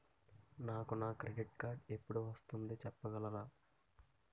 నాకు నా credit card ఎపుడు వస్తుంది చెప్పగలరా?